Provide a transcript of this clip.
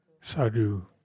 sadhu